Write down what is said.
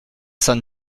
cent